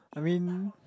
I mean